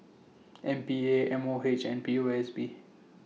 M P A M O H and P O S B